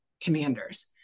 commanders